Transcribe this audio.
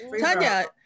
Tanya